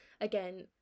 again